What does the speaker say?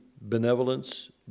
benevolence